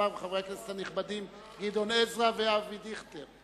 וחברי הכנסת הנכבדים גדעון עזרא ואבי דיכטר.